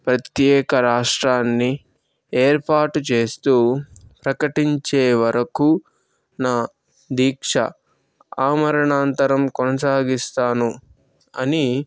ప్రత్యేక రాష్ట్రాన్ని ఏర్పాటు చేస్తు ప్రకటించే వరకు నా దీక్ష ఆమరణాంతరం కొనసాగిస్తాను అని